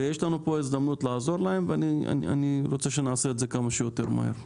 ויש לנו פה הזדמנות לעזור להם ואני רוצה שנעשה את זה כמה שיותר מהר.